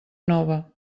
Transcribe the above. nova